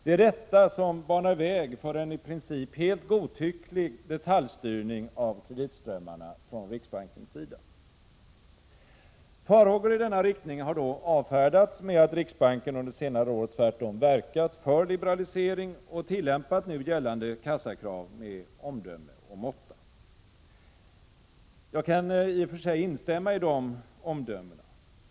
Det är detta som banar väg för en i princip helt godtycklig detaljstyrning av kreditströmmarna frän riksbankens sida. Farhågor i denna riktning har avfärdats med att riksbanken under senare år tvärtom verkat för liberalisering och tillämpat nu gällande kassakrav med omdöme och måtta. Jag kan i och för sig instämma i dessa omdömen.